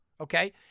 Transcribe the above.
Okay